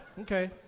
Okay